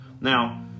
Now